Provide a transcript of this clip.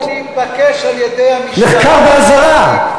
הוא נתבקש על-ידי המשטרה, נחקר באזהרה.